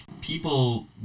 People